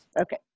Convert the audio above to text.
Okay